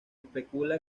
especula